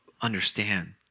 understand